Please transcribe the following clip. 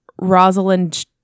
Rosalind